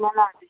बना देंगे